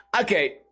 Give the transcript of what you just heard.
okay